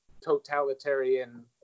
Totalitarian